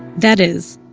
that is,